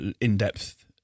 in-depth